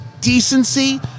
decency